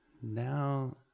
Now